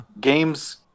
games